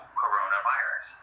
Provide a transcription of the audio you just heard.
coronavirus